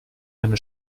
eine